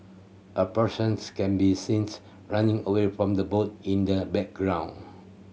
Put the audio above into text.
a persons can be seen running away from the boat in the background